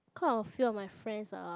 cause a few of my friends are